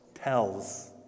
Tells